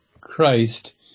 Christ